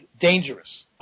dangerous